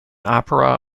opera